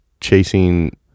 chasing